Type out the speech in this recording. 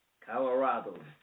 Colorado